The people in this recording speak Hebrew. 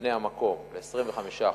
לבני המקום ב-25%,